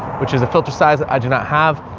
which is a filter size that i do not have.